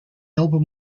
album